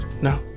no